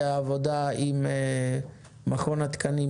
עבודה עם מכון התקנים,